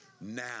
now